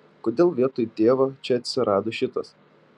kodėl vietoj tėvo čia atsirado šitas